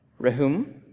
Rehum